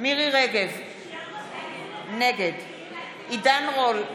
מירי מרים רגב, נגד עידן רול,